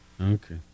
okay